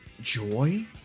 joy